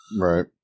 Right